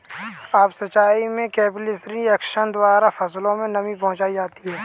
up सिचाई में capillary action द्वारा फसलों में नमी पहुंचाई जाती है